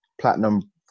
platinum